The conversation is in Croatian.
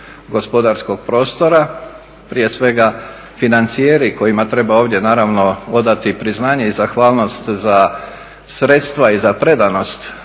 gospodarskog prostora, prije svega financijeri kojima treba ovdje odati priznanje i zahvalnost za sredstva i za predanost